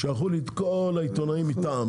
שלחו לי את כל העיתונאים מטעם,